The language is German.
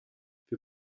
wir